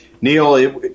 Neil